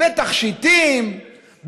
בתכשיטים,